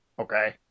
Okay